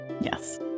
Yes